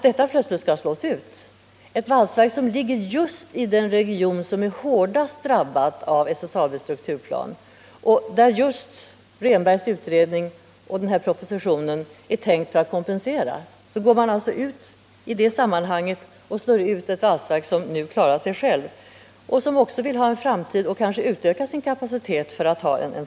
Det är i det senare fallet fråga om ett valsverk som ligger just i den region som är hårdast drabbad av SSAB:s strukturplan och där Rehnbergs utredning och propositionen skall ge kompensation för de följder detta får. Där slår man ut ett valsverk som nu klarar sig självt och som också vill ha en framtid och därför önskar öka sin kapacitet.